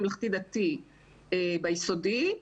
ממלכתי-דתי ביסודי,